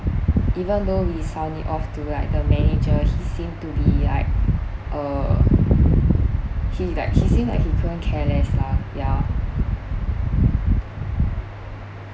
even though we sound it off to like the manager he seems to be like (uh )he is like he seems like he couldn't care this lah yeah